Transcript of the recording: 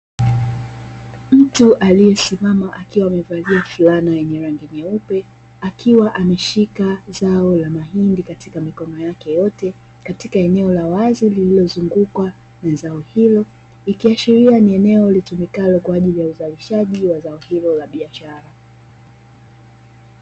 Mtu aliyesimama akiwa amevalia fulana yenye rangi nyeupe, akiwa ameshika zao la mahindi katika mikono yake yote katika eneo la wazi lililozungukwa na zao hilo, ikiashiria ni eneo linalotumika kwa ajili ya uzalishaji wa zao hilo la biashara.